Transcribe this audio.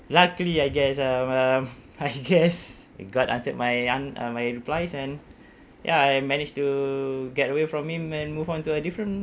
luckily I guess um um I guess god answered my an~ uh my replies and ya I managed to get away from him and move on to a different